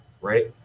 right